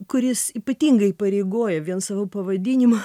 kuris ypatingai įpareigoja vien savo pavadinimą